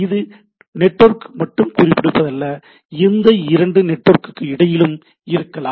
இது ஒரு நெட்வொர்க்கை மட்டும் குறிப்பது அல்ல எந்த இரண்டு நெட்வொர்க்குக்கும் இடையிலும் இருக்கலாம்